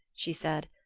she said,